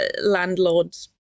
landlord's